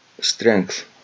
strength